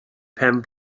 pen